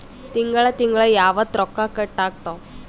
ತಿಂಗಳ ತಿಂಗ್ಳ ಯಾವತ್ತ ರೊಕ್ಕ ಕಟ್ ಆಗ್ತಾವ?